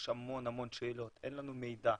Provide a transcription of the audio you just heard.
יש המון שאלות ואין לנו מידע.